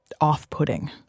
off-putting